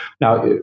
Now